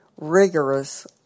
rigorous